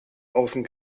außen